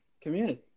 community